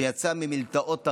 שיצא ממלתעות הרשע,